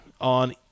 on